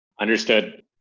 Understood